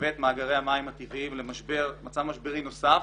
ואת מאגרי המים הטבעיים למצב משברי נוסף.